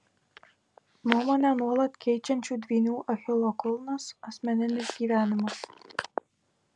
nuomonę nuolat keičiančių dvynių achilo kulnas asmeninis gyvenimas